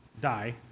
die